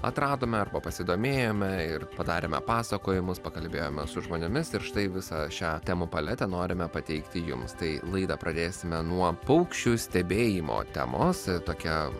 atradome arba pasidomėjome ir padarėme pasakojimus pakalbėjome su žmonėmis ir štai visą šią temų paletę norime pateikti jums tai laidą pradėsime nuo paukščių stebėjimo temos tokia